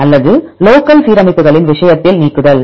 அல்லது லோக்கல்சீரமைப்புகளின் விஷயத்தில் நீக்குதல்